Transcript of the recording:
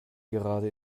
gerade